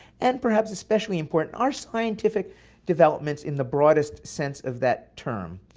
and perhaps especially important are scientific developments in the broadest sense of that term.